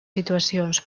situacions